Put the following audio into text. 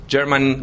German